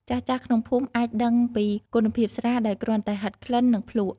ចាស់ៗក្នុងភូមិអាចដឹងពីគុណភាពស្រា ដោយគ្រាន់តែហិតក្លិន និងភ្លក្ស។